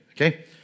okay